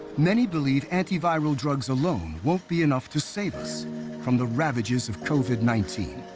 many believe antiviral drugs alone won't be enough to save us from the ravages of covid nineteen.